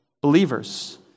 believers